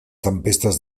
tempestes